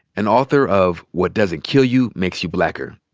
and author of what doesn't kill you makes you blacker.